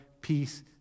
peace